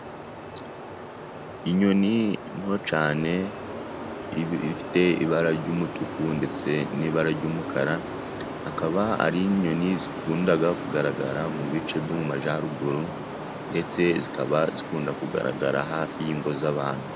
Inyoni nto cyane ifite ibara ry'umutuku, ndetse n'ibara ry'umukara, akaba ari inyoni zikunda kugaragara mu bice byo mu majyaruguru, ndetse zikaba zikunda kugaragara hafi y'ingo z'abantu.